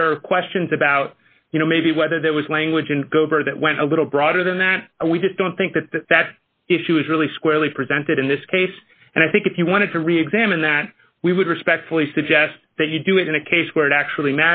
that there are questions about you know maybe whether there was language in gober that went a little broader than that and we just don't think that that that issue is really squarely presented in this case and i think if you want to re examine that we would respectfully suggest that you do it in a case where it actually